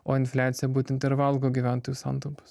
o infliacija būtent ir valgo gyventojų santaupas